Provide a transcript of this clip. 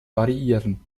variieren